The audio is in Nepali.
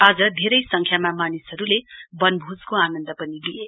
आज देरै सङ्ख्यामा मानिसहरूले बनभोजको आनन्द पनि लिए